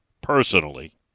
personally